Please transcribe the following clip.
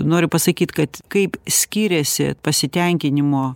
noriu pasakyt kad kaip skyrėsi pasitenkinimo